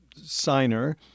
signer